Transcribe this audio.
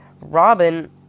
Robin